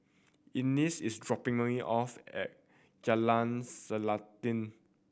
Eunice is dropping me off at Jalan Selanting